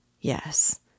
Yes